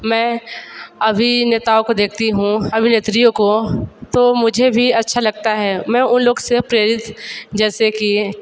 मैं अभिनेताओं को देखती हूँ अभिनेत्रियों को तो मुझे भी अच्छा लगता है मैं उन लोग से प्रेरित जैसे कि